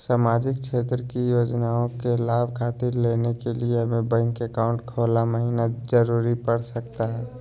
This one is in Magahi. सामाजिक क्षेत्र की योजनाओं के लाभ खातिर लेने के लिए हमें बैंक अकाउंट खोला महिना जरूरी पड़ सकता है?